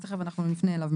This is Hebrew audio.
תיכף נפנה אליו.